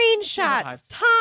screenshots